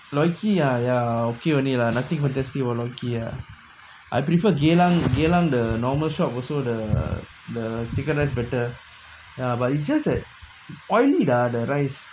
loy kee ya ya okay only lah nothing fantastic I prefer geylang geylang the normal shop also the the chicken rice better ya but it's just that oily lah the rice